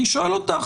אני שואל אותך,